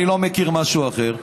אני לא מכיר משהו אחר.